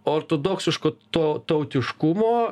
ortodoksiško to tautiškumo